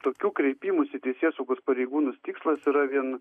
tokių kreipimųsi į teisėsaugos pareigūnus tikslas yra vien